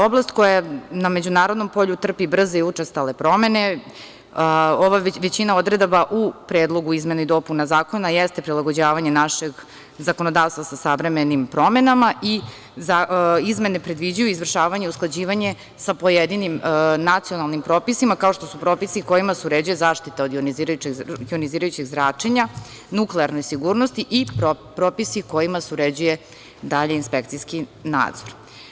Oblast koja na međunarodnom polju trpi brze i učestale promene, većina odredaba u Predlogu izmena i dopuna zakona, jeste prilagođavanje našeg zakonodavstva sa savremenim promenama i izmene predviđaju izvršavanje i usklađivanje sa pojedinim nacionalnim propisima, kao što su propisi kojima se uređuje zaštita od jonizirajućeg zračenja, nuklearne sigurnosti i propisi kojima se uređuje dalji inspekcijski nadzor.